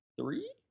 three